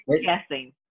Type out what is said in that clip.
guessing